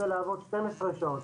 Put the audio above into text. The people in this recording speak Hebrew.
שרוצים לעבוד 12 שעות,